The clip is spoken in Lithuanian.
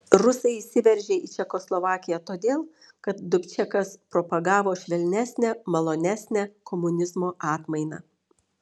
rusai įsiveržė į čekoslovakiją todėl kad dubčekas propagavo švelnesnę malonesnę komunizmo atmainą